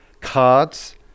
cards